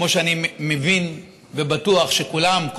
כמו שאני מבין ובטוח שכולם,